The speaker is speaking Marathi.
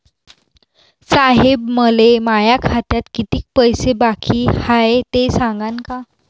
साहेब, मले माया खात्यात कितीक पैसे बाकी हाय, ते सांगान का?